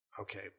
Okay